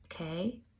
okay